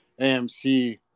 AMC